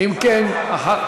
זה בסדר.